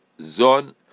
Zon